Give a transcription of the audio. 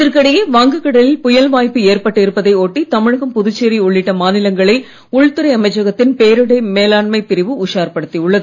இதற்கிடையே வங்க கடலில் புயல் வாய்ப்பு ஏற்பட்டு இருப்பதை ஒட்டி தமிழகம் புதுச்சேரி உள்ளிட்ட மாநிலங்களை உள்துறை அமைச்சகத்தின் பேரிடர் மேலாண்மை பிரிவு உஷார்ப்படுத்தியுள்ளது